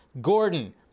Gordon